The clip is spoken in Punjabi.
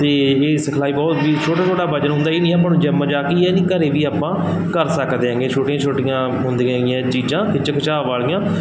ਅਤੇ ਇਹ ਸਿਖਲਾਈ ਬਹੁਤ ਛੋਟਾ ਛੋਟਾ ਵਜਨ ਹੁੰਦਾ ਹੀ ਨਹੀਂ ਆਪਾਂ ਨੂੰ ਜਿਮ ਜਾ ਕੇ ਘਰ ਵੀ ਆਪਾਂ ਕਰ ਸਕਦੇ ਹੈਗੇ ਛੋਟੀਆਂ ਛੋਟੀਆਂ ਹੁੰਦੀਆਂ ਹੈਗੀਆ ਚੀਜ਼ਾਂ ਖਿੱਚ ਖਿਚਾ ਵਾਲੀਆਂ